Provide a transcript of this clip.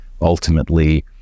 ultimately